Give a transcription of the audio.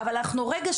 אבל אנחנו רגע,